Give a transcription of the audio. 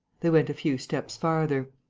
they went a few steps farther.